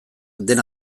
dena